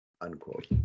Unquote